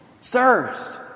Sirs